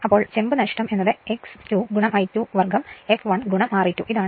അതിനാൽ ചെമ്പ് നഷ്ടം X2 I2 2 fl Re2 ആയിരിക്കും